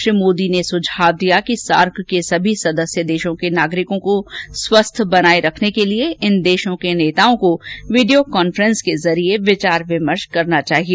श्री मोदी ने सुझाव दिया है कि सार्क के सभी सदस्य देशों के नागरिकों को स्वस्थ बनाये रखने के लिए इन देशों के नेताओं को वीडियो कांफ्रेंसिंग के जरिये विचार विमर्श करना चाहिए